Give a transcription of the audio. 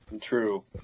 True